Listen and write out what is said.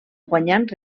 guanyant